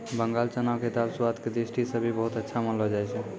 बंगाल चना के दाल स्वाद के दृष्टि सॅ भी बहुत अच्छा मानलो जाय छै